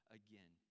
again